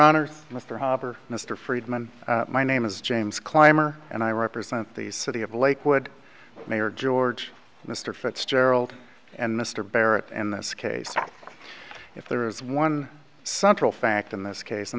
honor mr hopper mr friedman my name is james clymer and i represent the city of lakewood mayor george mr fitzgerald and mr barrett in this case if there is one central fact in this case and